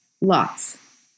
lots